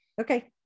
Okay